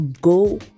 go